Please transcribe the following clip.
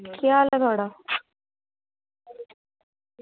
केह् हाल ऐ थुआढ़ा